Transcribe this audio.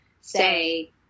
say